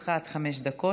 לרשותך עד חמש דקות,